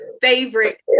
favorite